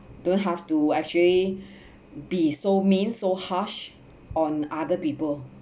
don't have to actually be so mean so harsh on other people